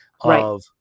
of-